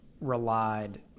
relied